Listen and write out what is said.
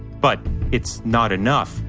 but it's not enough.